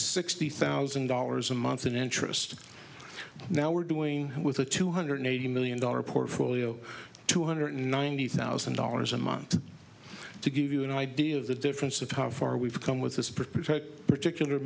sixty thousand dollars a month in interest now we're doing with a two hundred eighty million dollars portfolio two hundred ninety thousand dollars a month to give you an idea of the difference of how far we've come with this project particular